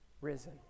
risen